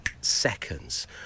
seconds